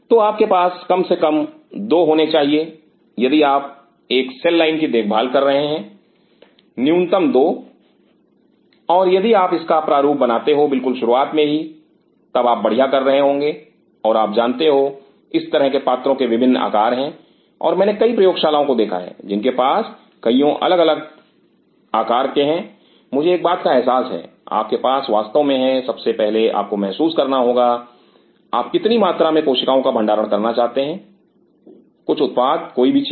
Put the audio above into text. तो आपके पास कम से कम दो होने चाहिए यदि आप एक सेल लाइन की देखभाल कर रहे हैं न्यूनतम दो और यदि आप इसका प्रारूप बनाते हो बिल्कुल शुरुआत में ही तब आप बढ़िया कर रहे होंगे और आप जानते हो इस तरह के पात्रों के विभिन्न आकार हैं और मैंने कई प्रयोगशालाओं को देखा है जिनके पास कईयों अलग आकार के हैं मुझे एक बात का एहसास है आपके पास वास्तव में है सबसे पहले आपको महसूस करना होगा आप कितनी मात्रा में कोशिकाओं का भंडारण करना चाहते हो कुछ उत्पाद कोई भी चीज